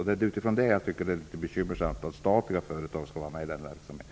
Därför tycker jag att det är litet bekymmersamt att statliga företag skall vara med i den verksamheten.